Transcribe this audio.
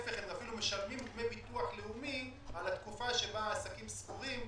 הם אפילו משלמים דמי ביטוח לאומי על התקופה שבה העסקים סגורים,